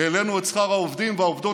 העלינו את שכר העובדות והעובדים